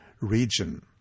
region